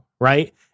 right